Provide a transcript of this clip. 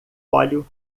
óleo